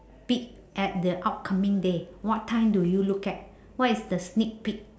peek at the upcoming day what time do you look at what is the sneak peek